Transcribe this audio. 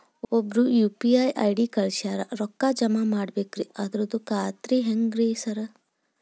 ಒಬ್ರು UPI ID ಕಳ್ಸ್ಯಾರ ರೊಕ್ಕಾ ಜಮಾ ಮಾಡ್ಬೇಕ್ರಿ ಅದ್ರದು ಖಾತ್ರಿ ಹೆಂಗ್ರಿ ಸಾರ್?